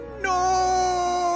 No